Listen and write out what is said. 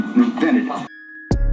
invented